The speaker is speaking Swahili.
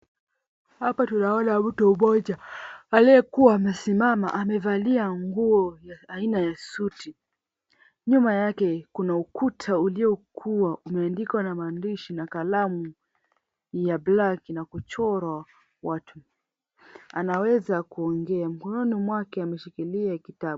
Hapa tunaona mtu mmoja aliyekua amesimama amevalia nguo aina ya suti nyuma yake kuna ukuta uliokuwa umeandikwa na maandishi na kalamu ya black na kuchorwa watu, anaweza kuongea mkononi mwake ameshikilia kitabu.